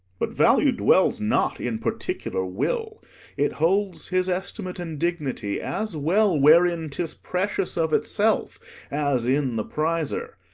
but value dwells not in particular will it holds his estimate and dignity as well wherein tis precious of itself as in the prizer.